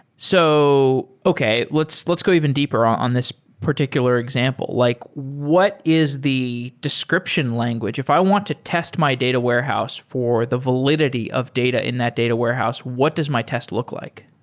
so okay, let's let's go even deeper on this particular example. like what is the description language? if i want to test my data warehouse for the validity of data in that data warehouse, what does my test look like?